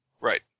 Right